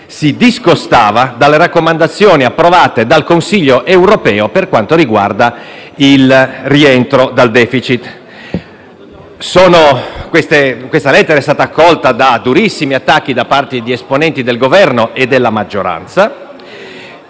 si discostava dalle raccomandazioni approvate dal Consiglio europeo per quanto riguarda il rientro dal *deficit*. Quella lettera è stata accolta da durissimi attacchi da parte di esponenti del Governo e della maggioranza